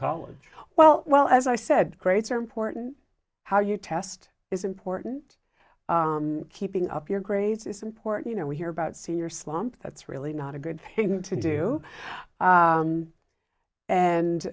college well well as i said grades are important how you test is important keeping up your grades is important you know we hear about senior slump that's really not a good thing to do